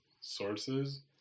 sources